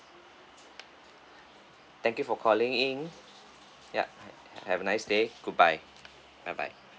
thank you for calling in ya have a nice day goodbye bye bye